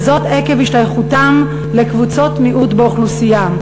וזאת עקב השתייכותם לקבוצות מיעוט באוכלוסייה,